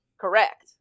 Correct